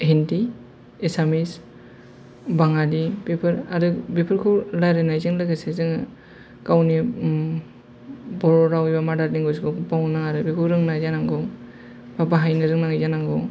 हिन्दी एसामिस बांगालि बेफोर आरो बेफोरखौ लारायनायजों लोगोसे जोङो गावनि ओम बर' रावजों मादार लेंगुवेसखौ बावनो नाङा आरो बेखौ रोंनाय जानांगौ बा बाहायनो रोंनाय जानांगौ